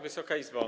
Wysoka Izbo!